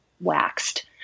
waxed